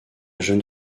jeune